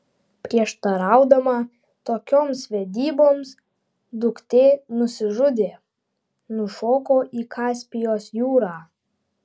prieštaraudama tokioms vedyboms duktė nusižudė nušoko į kaspijos jūrą